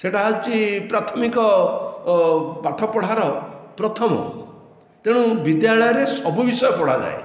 ସେହିଟା ହେଉଛି ପ୍ରାଥମିକ ପାଠପଢ଼ାର ପ୍ରଥମ ତେଣୁ ବିଦ୍ୟାଳୟରେ ସବୁ ବିଷୟ ପଢ଼ାଯାଏ